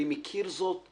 אני מכיר את זה.